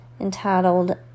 entitled